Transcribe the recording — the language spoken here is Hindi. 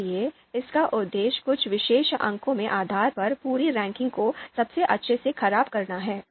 इसलिए इसका उद्देश्य कुछ विशेष अंकों के आधार पर पूरी रैंकिंग को सबसे अच्छे से खराब करना है